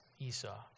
Esau